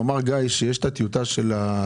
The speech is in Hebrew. גיא אמר שיש את הטיוטה של התקנות.